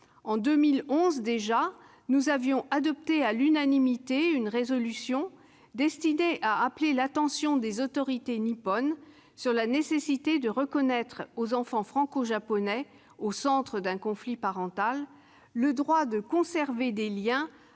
en 2011 déjà, nous avions adopté à l'unanimité une proposition de résolution destinée à appeler l'attention des autorités nippones sur la nécessité de reconnaître aux enfants franco-japonais au centre d'un conflit parental le droit de conserver des liens